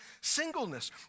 singleness